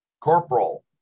Corporal